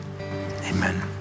Amen